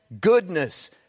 goodness